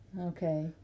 Okay